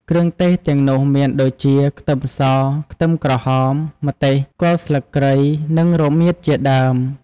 គ្រឿងទេសទាំងនោះមានដូចជា ខ្ទឹមស ខ្ទឹមក្រហម ម្ទេស គល់ស្លឹកគ្រៃ និងរមៀតជាដើម។